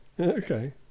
Okay